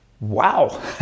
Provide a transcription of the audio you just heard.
Wow